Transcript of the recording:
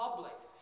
Public